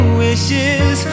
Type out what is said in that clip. wishes